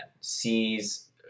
sees